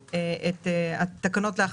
התכנון,